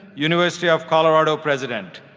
university of colorado president.